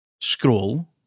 scroll